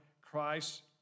Christ